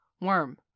Worm